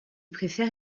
préfère